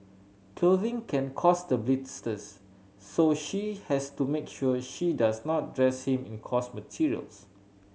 clothing can cause the blisters so she has to make sure she does not dress him in a coarse materials